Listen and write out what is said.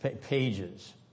pages